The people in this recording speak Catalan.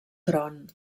tron